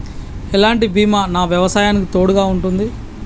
ఎలాంటి బీమా నా వ్యవసాయానికి తోడుగా ఉంటుంది?